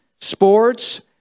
sports